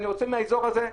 אני רוצה מהאזור הזה,